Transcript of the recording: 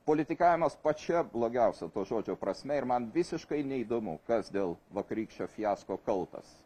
politikavimas pačia blogiausia to žodžio prasme ir man visiškai neįdomu kas dėl vakarykščio fiasko kaltas